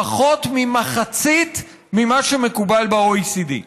פחות ממחצית ממה שמקובל ב-OECD.